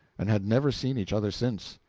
and had never seen each other since.